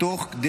תוך כדי